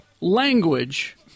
language